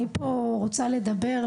אני רוצה לדבר פה,